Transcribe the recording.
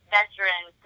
Veteran